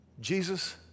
Jesus